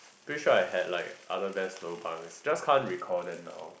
pretty sure I had like other best lobangs just can't recall them now